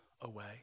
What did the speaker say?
away